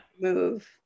move